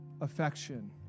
affection